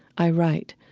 i write.